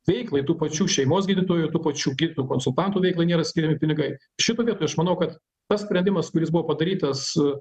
veiklai tų pačių šeimos gydytojų tų pačių gydytojų konsultantų veiklai nėra skiriami pinigai šitoj vietoj aš manau kad tas sprendimas kuris buvo padarytas